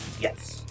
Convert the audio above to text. Yes